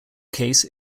case